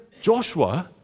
Joshua